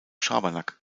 schabernack